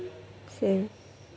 same